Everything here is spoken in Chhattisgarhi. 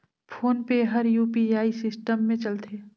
फोन पे हर यू.पी.आई सिस्टम मे चलथे